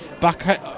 back